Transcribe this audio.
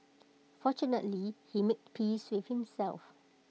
fortunately he made peace with himself